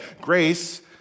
Grace